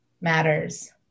matters